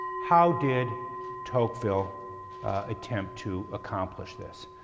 how did tocqueville attempt to accomplish this?